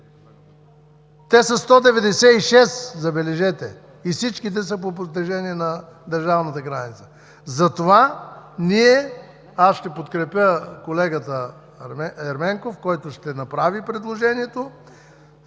Те са 196, забележете, и всички са по протежение на държавната граница. Затова аз ще подкрепя колегата Ерменков, който ще направи предложението.